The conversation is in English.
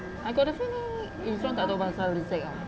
I got a feeling izuan tak tahu pasal zack ah